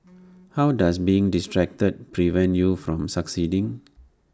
how does being distracted prevent you from succeeding